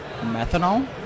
methanol